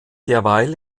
derweil